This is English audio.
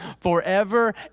forever